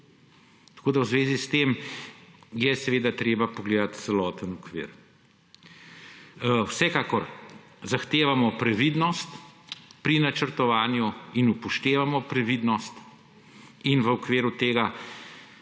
Tako je v zvezi s tem seveda treba pogledati celoten okvir. Vsekakor zahtevamo previdnost pri načrtovanju in upoštevamo previdnost in v okviru tega